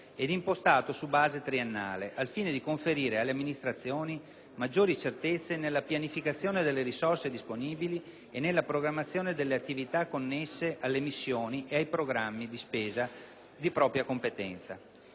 ed impostato su base triennale, al fine di conferire alle amministrazioni maggiori certezze nella pianificazione delle risorse disponibili e nella programmazione delle attività connesse alle missioni e ai programmi di spesa di propria competenza.